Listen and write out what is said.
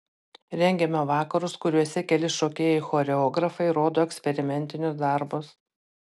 rengiame vakarus kuriuose keli šokėjai choreografai rodo eksperimentinius darbus